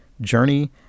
Journey